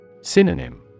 Synonym